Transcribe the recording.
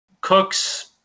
Cooks